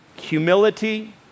humility